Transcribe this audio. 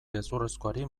gezurrezkoari